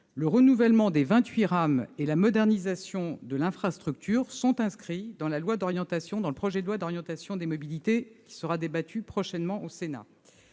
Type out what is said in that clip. le renouvellement des vingt-huit rames et la modernisation de l'infrastructure sont inscrits dans le projet de loi d'orientation des mobilités, qui sera débattu prochainement au Sénat.